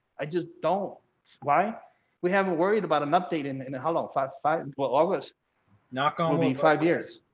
i just don't see why we haven't worried about an update and and how long five five and will always knock on me five years.